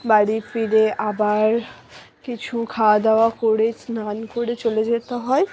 বাড়ি ফিরে আবার কিছু খাওয়া দাওয়া করে স্নান করে চলে যেতে হয়